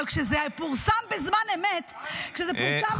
אבל כשזה פורסם בזמן אמת --- טלי, טלי, טלי.